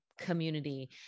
Community